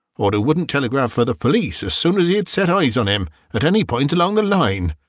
or who wouldn't telegraph for the police as soon as he had set eyes on him at any point along the line.